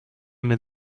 mit